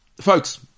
folks